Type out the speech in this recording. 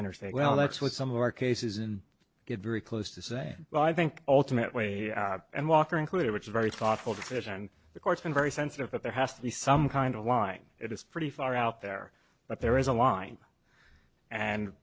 interstate well that's what some of our cases and get very close to say well i think ultimate weight and walk are included which is very thoughtful decision and the court's been very sensitive that there has to be some kind of line it is pretty far out there but there is a line and